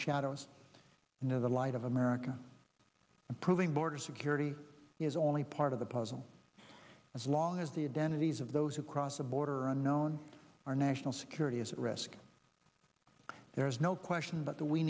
shadows into the light of america proving border security is only part of the puzzle as long as the identities of those who cross the border unknown our national security is at risk there's no question but that we